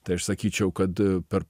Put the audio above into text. tai aš sakyčiau kad per